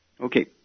Okay